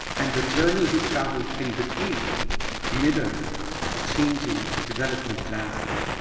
and the journey he traveled in between mirrored the changing development landscape.